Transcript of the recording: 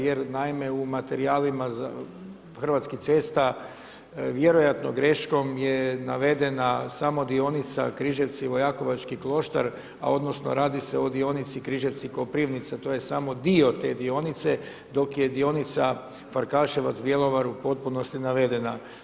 Jer naime, u materijalima Hrvatskih cesta, vjerojatno greškom je navedena samo dionica Križevci Vojakovački Kloštar, a odnosno radi se o dionici Križevci Koprivnica, to je samo dio te dionice, dok je dionica Farkaševac Bjelovar u potpunosti navedena.